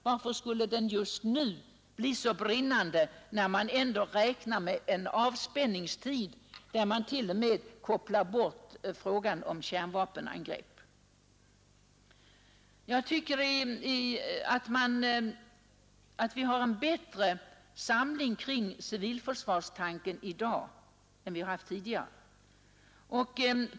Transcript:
Varför skulle den vara så brännande just nu, när vi räknar med en avspänningstid och där t.o.m. frågan om kärnvapenangrepp kopplats bort? Vi har enligt mitt förmenande för övrigt en bättre samling kring civilförsvarstanken i dag än vi haft tidigare.